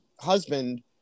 husband